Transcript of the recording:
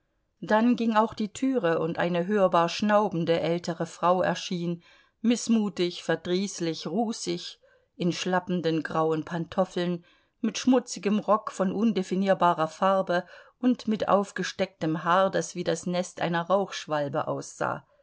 dann ging auch die türe und eine hörbar schnaubende ältere frau erschien mißmutig verdrießlich rußig in schlappenden grauen pantoffeln mit schmutzigem rock von undefinierbarer farbe und mit aufgestecktem haar das wie das nest einer rauchschwalbe aussah